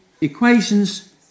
equations